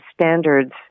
standards